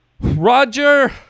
Roger